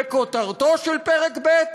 וכותרתו של פרק ב':